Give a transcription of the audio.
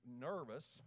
nervous